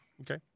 Okay